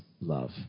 love